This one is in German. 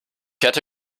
hätte